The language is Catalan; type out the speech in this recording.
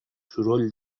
soroll